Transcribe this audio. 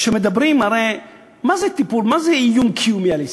כשמדברים הרי מה זה איום קיומי על ישראל?